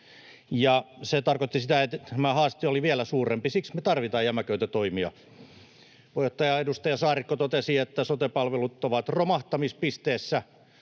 se tarkoitti sitä, että tämä haaste oli vielä suurempi. Siksi me tarvitaan jämäköitä toimia. Puheenjohtaja, edustaja Saarikko totesi, että sote-palvelut ovat romahtamispisteessä.